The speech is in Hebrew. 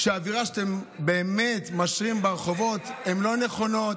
והאווירה שאתם משרים ברחובות היא לא נכונה.